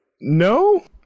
no